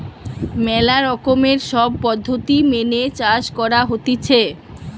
ম্যালা রকমের সব পদ্ধতি মেনে চাষ করা হতিছে